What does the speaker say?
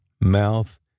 mouth